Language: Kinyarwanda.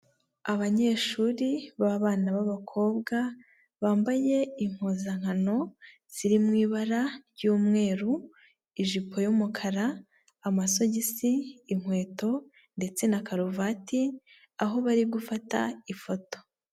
Abanyeshuri b'abana b'abakobwa bambaye impuzankano ziri mo ibara ry'umweru ijipo y'umukara, amasogisi, inkweto ndetse na karuvati aho bari gufata ifoto.